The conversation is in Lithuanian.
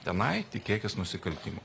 tenai tikėkis nusikaltimų